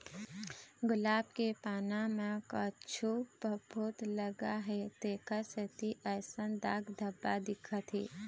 गुलाब के पाना म कुछु फफुंद लग गे हे तेखर सेती अइसन दाग धब्बा दिखत हे